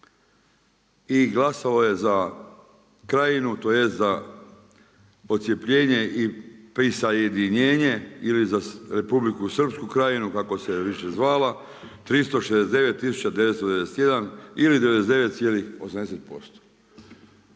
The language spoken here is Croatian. i glasalo je za Krajinu, tj. za odcjepljenje i prisajedinjenje ili za Republiku Srpsku Krajinu, kako se više zvala 369991 ili 99,80%.